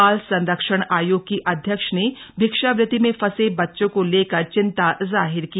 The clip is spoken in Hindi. बाल संरक्षण आयोग की अध्यक्ष ने भिक्षावृति में फंसे बच्चों को लेकर चिंता जाहिर की